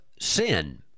sin